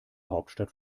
hauptstadt